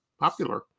popular